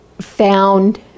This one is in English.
found